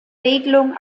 regelungen